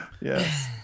Yes